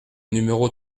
numéro